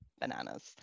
bananas